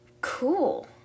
cool